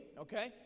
okay